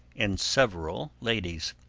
and several ladies.